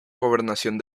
gobernación